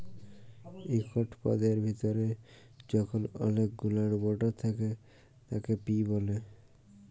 একট পদের ভিতরে যখল অলেক গুলান মটর থ্যাকে তাকে পি ব্যলে